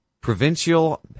provincial